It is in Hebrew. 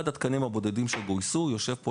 אחד התקנים הבודדים שגויסו יושב פה,